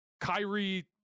Kyrie